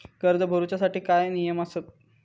कर्ज भरूच्या साठी काय नियम आसत?